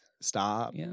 Stop